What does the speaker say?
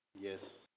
Yes